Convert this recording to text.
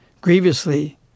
grievously